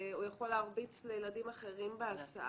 הוא יכול להרביץ לילדים אחרים בהסעה.